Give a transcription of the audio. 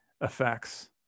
effects